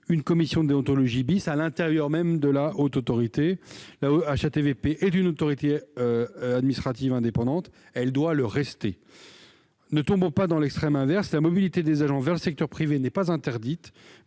une commission de déontologie à l'intérieur même de la Haute Autorité. La HATVP est une autorité administrative indépendante et doit le rester. Ne tombons pas dans l'extrême inverse : la mobilité des agents vers le secteur privé n'est pas interdite,